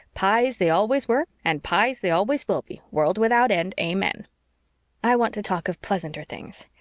pyes they always were and pyes they always will be, world without end, amen i want to talk of pleasanter things.